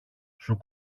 σου